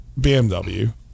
BMW